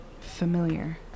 familiar